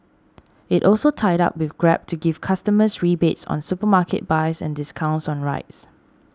it also tied up with Grab to give customers rebates on supermarket buys and discounts on rides